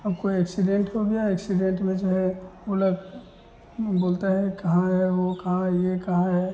अब कोई एक्सिडेन्ट हो गया है एक्सिडेन्ट में जो है वे लोग बोलते हैं कहाँ है वह कहाँ है यह कहाँ है